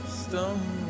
stone